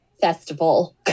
festival